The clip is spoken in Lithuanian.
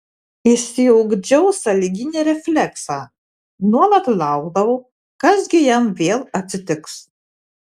išsiugdžiau sąlyginį refleksą nuolat laukdavau kas gi jam vėl atsitiks